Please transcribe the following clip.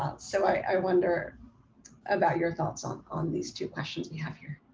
ah so i wonder about your thoughts on on these two questions we have here.